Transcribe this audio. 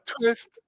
Twist